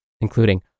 including